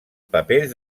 papers